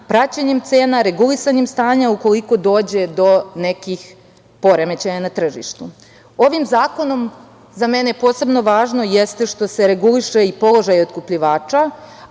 praćenjem cena, regulisanjem stanja, ukoliko dođe do nekih poremećaja na tržištu. Ovim zakonom za mene posebno važno jeste što se reguliše i položaj otkupljivača,